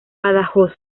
badajoz